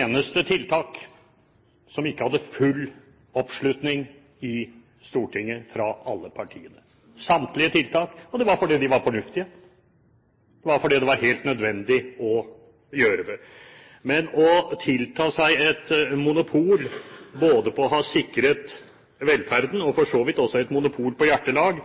eneste tiltak som ikke hadde full oppslutning fra alle partiene i Stortinget. Det gjaldt samtlige tiltak. Det var fordi de var fornuftige, og fordi det var helt nødvendig å gjøre det. Men å tilta seg et monopol på å ha sikret velferden og for så vidt også et monopol på hjertelag